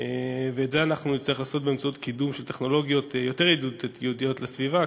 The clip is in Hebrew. ואת זה נצטרך לעשות באמצעות קידום של טכנולוגיות יותר ידידותיות לסביבה,